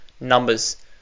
numbers